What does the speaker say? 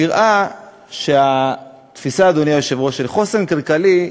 נראה שהתפיסה, אדוני היושב-ראש, של חוסן כלכלי,